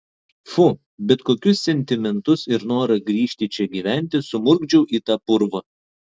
fu bet kokius sentimentus ir norą grįžti čia gyventi sumurgdžiau į tą purvą